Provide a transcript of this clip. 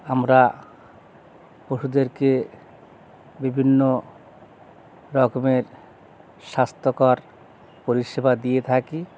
আমরা পশুদেরকে বিভিন্ন রকমের স্বাস্থ্যকর পরিষেবা দিয়ে থাকি